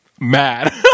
mad